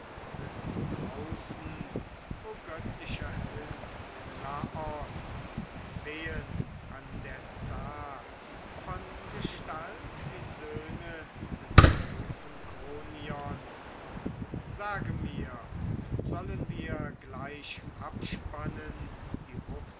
sind draußen o göttlicher held menelaos zween an der zahl von gestalt wie söhne des großen kronions sage mir sollen wir gleich abspannen die